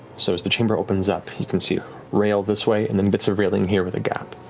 so as the chamber opens up, you can see rail this way and then bits of railing here with a gap.